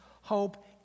hope